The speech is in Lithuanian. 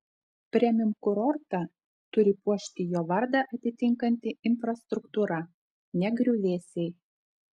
premium kurortą turi puošti jo vardą atitinkanti infrastruktūra ne griuvėsiai